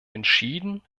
entschieden